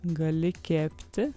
gali kepti